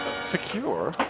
Secure